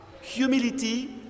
Humility